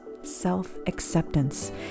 self-acceptance